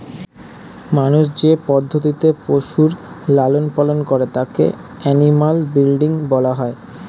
মানুষ যে পদ্ধতিতে পশুর লালন পালন করে তাকে অ্যানিমাল ব্রীডিং বলা হয়